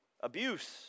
Abuse